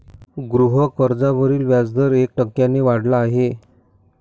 गृहकर्जावरील व्याजदर एक टक्क्याने वाढला आहे